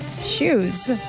Shoes